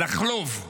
לחלוב.